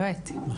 באמת?